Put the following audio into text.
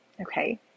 Okay